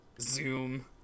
Zoom